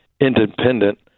independent